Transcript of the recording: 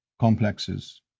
complexes